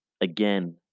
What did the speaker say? again